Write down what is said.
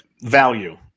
Value